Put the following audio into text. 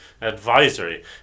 advisory